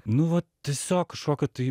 nu va tiesiog kažkokio tai